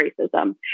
racism